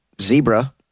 zebra